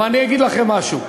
אבל אני אגיד לכם משהו.